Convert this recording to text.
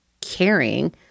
caring